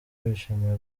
bishimiye